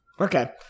Okay